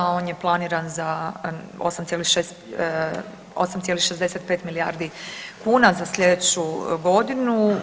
On je planiran za 8,65 milijardi kuna za sljedeću godinu.